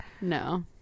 No